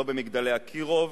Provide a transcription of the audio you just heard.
לא ב"מגדלי אקירוב"